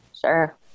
sure